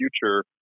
future